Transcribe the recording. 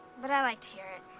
but i like to hear it.